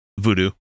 Voodoo